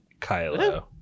Kylo